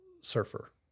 Surfer